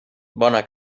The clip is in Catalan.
bona